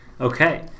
Okay